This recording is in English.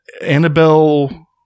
annabelle